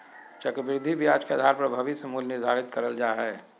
चक्रविधि ब्याज के आधार पर भविष्य मूल्य निर्धारित करल जा हय